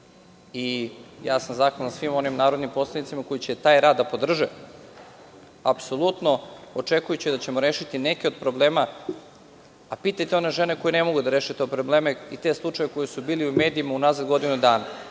sam svim onim narodnim poslanicima koji će taj rad da podrže, apsolutno očekujući da ćemo rešiti neke od problema. Pitajte one žene koje ne mogu da reše te probleme i te slučajeve koji su bili u medijima unazad godinu dana.